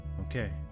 okay